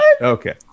Okay